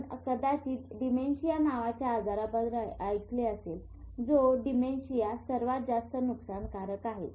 आपण कदाचित डिमेंशिया नावाच्या आजाराबद्दल ऐकले असेल जो डिमेंशिया सर्वात जास्त नुकसान कारक आहे